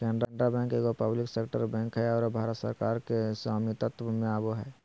Canara bank एगो public sector bank हइ आरो भारत सरकार के स्वामित्व में आवो हइ